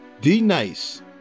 D-Nice